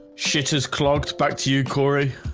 shitters clogged back to you cory.